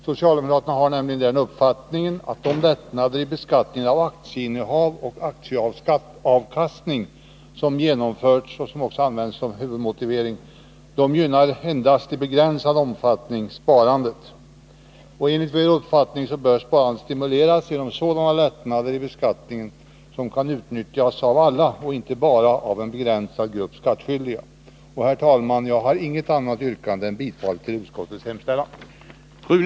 Socialdemokraterna har nämligen den uppfattningen att de lättnader i beskattningen av aktieinnehav och aktieavkastning som genomförts och som också anförts som huvudmotivering endast i begränsad omfattning gynnar sparandet. Enligt vår uppfattning bör sparandet stimuleras genom sådana lättnader i beskattningen som kan utnyttjas av alla och inte bara av en begränsad grupp skattskyldiga. Herr talman! Jag har inget annat yrkande än bifall till utskottets hemställan.